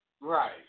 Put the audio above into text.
Right